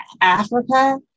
Africa